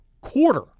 quarter